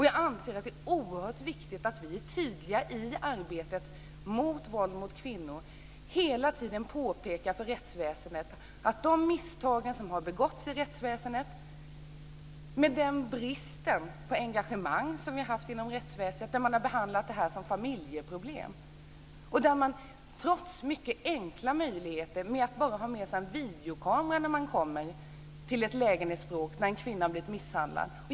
Jag anser att det är oerhört viktigt att vi är tydliga i arbetet mot våld mot kvinnor och hela tiden påpekar för rättsväsendet att man begått misstag. Vi har haft en brist på engagemang inom rättsväsendet. Man har behandlat detta som familjeproblem. Polisen kan utnyttja mycket enkla möjligheter och t.ex. ta med sig en videokamera till ett lägenhetsbråk där en kvinna har blivit misshandlad.